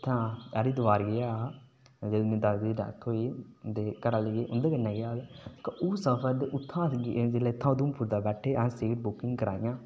इत्थें दा हरिद्वार गेआ हां जंदू मेरी दादी दी डैत्थ होई ही घरैआह्ले गे हे उंदे कन्नै गेआ हा ते ओह् सफर ते जेल्लै अस उधमपुर थमां बैठे हे ते सीटां बुकिंग कराइयां